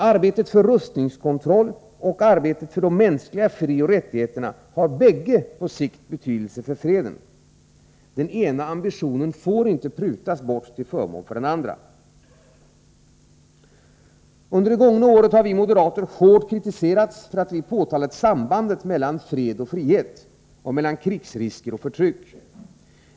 Arbetet för rustningskontroll och arbetet för de mänskliga frioch rättigheterna har bägge på sikt betydelse för freden. Den ena ambitionen får inte prutas bort till förmån för den andra. Under det gångna året har vi moderater hårt kritiserats för att vi har framhållit sambandet mellan fred och frihet och mellan krigsrisker och förtryck.